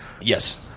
Yes